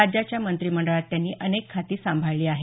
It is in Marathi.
राज्याच्या मंत्रिमंडळात त्यांनी अनेक खाती सांभाळली आहेत